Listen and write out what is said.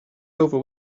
over